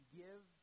give